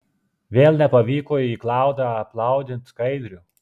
vėl nepavyko į klaudą aplaudint skaidrių